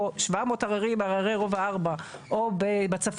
או 700 עררים על עררי רובע 4. או בצפון,